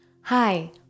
Hi